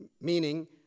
Meaning